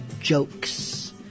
jokes